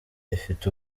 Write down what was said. ifite